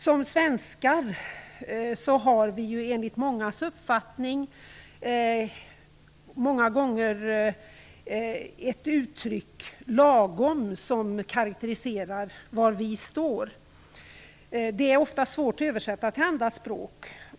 Vi svenskar har ju uttrycket lagom, som i mångas ögon karakteriserar var vi står. Det är ofta svårt att översätta till andra språk.